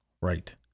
Right